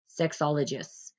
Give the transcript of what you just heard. sexologists